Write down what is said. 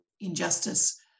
injustice